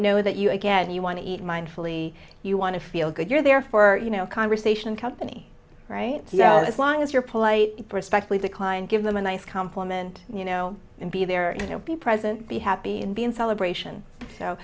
know that you again you want to eat mindfully you want to feel good you're there for you know a conversation company right as long as you're polite respectfully decline give them a nice complement you know and be there you know be present be happy and be in celebration